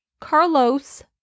Carlos